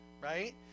right